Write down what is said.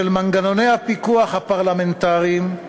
של מנגנוני הפיקוח הפרלמנטריים,